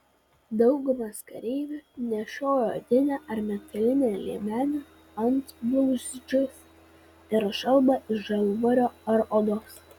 daugumas kareivių nešiojo odinę ar metalinę liemenę antblauzdžius ir šalmą iš žalvario ar odos